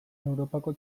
europako